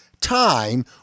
time